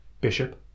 Bishop